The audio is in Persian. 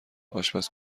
آشپز